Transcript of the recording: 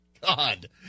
God